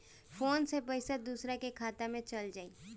Phone से पईसा दूसरे के खाता में चल जाई?